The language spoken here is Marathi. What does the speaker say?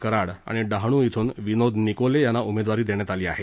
कराड आणि डहाणू इथून विनोद निकोले यांना उमेदवारी देण्यात आली आहे